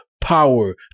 power